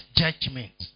judgment